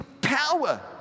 power